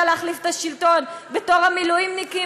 להחליף את השלטון על עניין המילואימניקים,